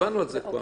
הצבענו על זה כבר.